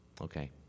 Okay